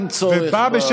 אין צורך בכינויים האלה.